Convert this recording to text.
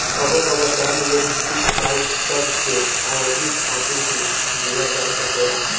कबो कबो term loan तीस साल तक के अवधि खातिर भी दीहल जा सकेला